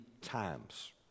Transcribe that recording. times